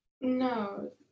No